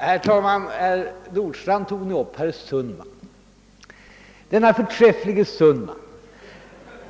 Herr talman! Herr Nordstrandh nämnde herr Sundman. Denne förträfflige herr Sundman